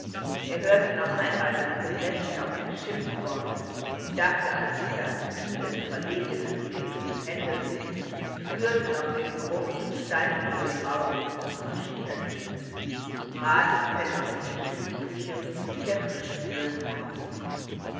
er hörte noch einmal das gelächter und die schimpfworte dachte an idas kühlen verlegenen blick und händedruck spürte noch den geruch des steinkohlenrauchs und des maschinenöls des bratenfetts aus der schiffsküche und der frischen ölfarbe